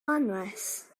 anwes